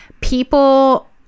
people